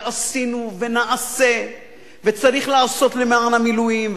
עשינו ונעשה וצריך לעשות למען המילואים,